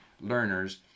learners